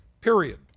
period